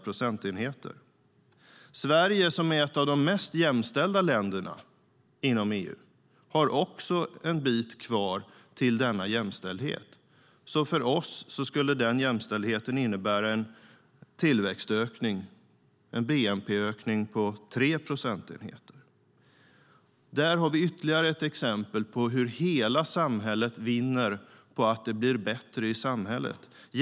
Sverige som är ett av de mest jämställda länderna inom EU har också en bit kvar till denna jämställdhet. För oss skulle jämställdheten innebära en bnp-ökning på 3 procentenheter. Där har vi ytterligare ett exempel på hur hela samhället vinner på att det blir bättre i samhället.